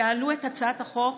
יעלו את הצעת חוק